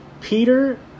Peter